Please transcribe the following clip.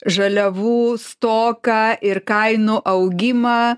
žaliavų stoką ir kainų augimą